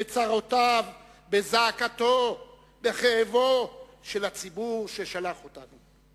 בצרותיו, בזעקתו, בכאבו של הציבור ששלח אותנו.